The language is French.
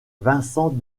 vincent